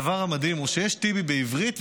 הדבר המדהים הוא שיש טיבי בעברית,